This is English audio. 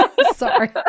Sorry